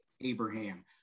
Abraham